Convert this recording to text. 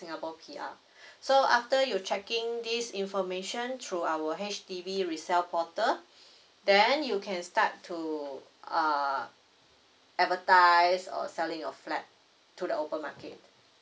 singapore P_R so after you checking this information through our H_D_B resale portal then you can start to uh advertise or selling your flat to the open market